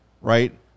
right